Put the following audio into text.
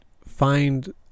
find